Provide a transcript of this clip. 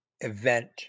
event